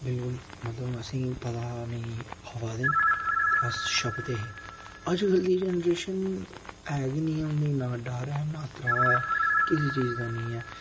बिलकुल मतलब असेंगी पता हा नेईं आवा दे न ते अस छप्पदे हे अज्जकल दी जनरेशन ऐ गै नी ऐ नां डर ऐ ना त्राह् ऐ किसी चीज दा नी ऐ